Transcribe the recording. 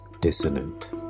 dissonant